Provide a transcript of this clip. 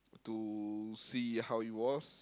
to see how it was